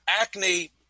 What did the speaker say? acne